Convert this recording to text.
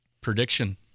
Prediction